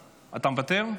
אתה מוותר?